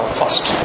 first